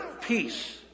peace